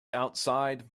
outside